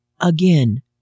Again